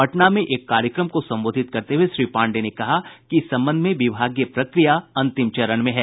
पटना में एक कार्यक्रम को संबोधित करते हुए श्री पांडेय ने कहा कि इस संबंध में विभागीय प्रक्रिया अंतिम चरण में है